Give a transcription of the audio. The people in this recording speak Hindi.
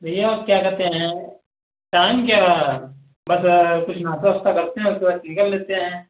भईया अब क्या कहते हैं टाइम क्या हो रहा है बस कुछ नास्ता वास्ता करते हैं उसके बाद निकल लेते हैं